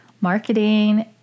marketing